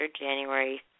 January